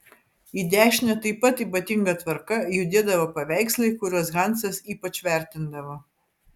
į dešinę taip pat ypatinga tvarka judėdavo paveikslai kuriuos hansas ypač vertindavo